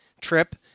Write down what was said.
trip